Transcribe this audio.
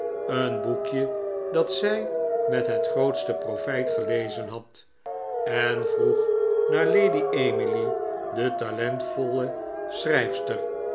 een boekje dat zij met het grootste profijt gelezen had en vroeg naar lady emily de talentvolle schrijfster